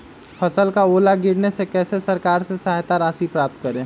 फसल का ओला गिरने से कैसे सरकार से सहायता राशि प्राप्त करें?